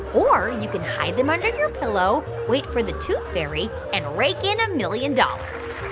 or you can hide them under your pillow, wait for the tooth fairy and rake in a million dollars.